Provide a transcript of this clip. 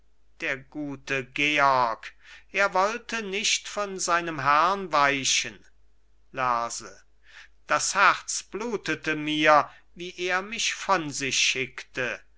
der gute georg er wollte nicht von seinem herrn weichen lerse das herz blutete mir wie er mich von sich schickte